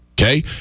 okay